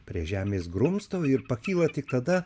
prie žemės grumsto ir pakyla tik tada